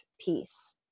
peace